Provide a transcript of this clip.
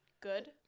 good